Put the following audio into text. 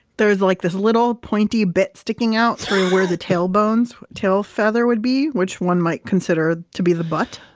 there's like this little pointy bit sticking out through where the tail bones, tail feather would be, which one might consider to be the butt.